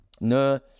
No